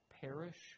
perish